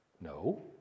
no